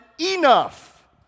enough